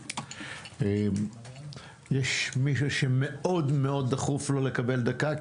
האם יש מישהו שמאוד מאוד דחוף לו לקבל דקה?